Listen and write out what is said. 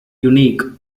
unique